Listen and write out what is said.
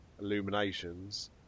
Illuminations